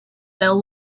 bell